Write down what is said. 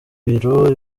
ibiro